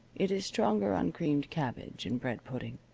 it is stronger on creamed cabbage and bread pudding.